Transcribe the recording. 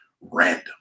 RANDOM